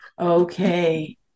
Okay